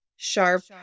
sharp